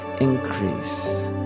increase